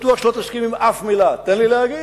אני בטוח שלא תסכים עם אף מלה, תן לי להגיד.